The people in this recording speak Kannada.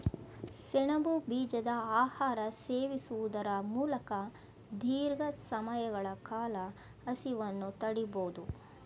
ಸೆಣಬು ಬೀಜದ ಆಹಾರ ಸೇವಿಸುವುದರ ಮೂಲಕ ದೀರ್ಘ ಸಮಯಗಳ ಕಾಲ ಹಸಿವನ್ನು ತಡಿಬೋದು